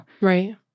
Right